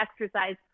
exercise